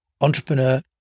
Entrepreneur